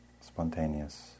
spontaneous